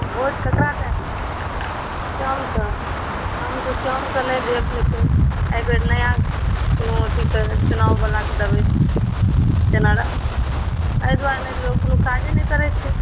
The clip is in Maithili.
वोट केकरा दै श्यामक हम तऽ श्यामक नहि देब लेकिन एहिबेर नया कोनो अथीक चुनाबवलाक देबै जेना एहि दुआरे नहि देबै ओ कोनो काजे नहि करै छै